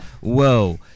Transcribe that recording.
whoa